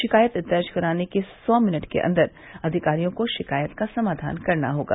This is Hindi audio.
शिकायत दर्ज कराने के सौ मिनट के अन्दर अधिकारियों को शिकायत का समाधान करना होगा